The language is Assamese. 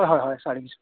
এ হয় হয়